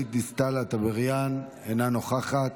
גלית דיסטל אטבריאן, אינה נוכחת.